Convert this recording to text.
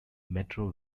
metro